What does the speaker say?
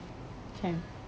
can